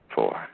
Four